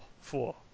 Four